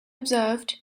observed